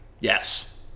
Yes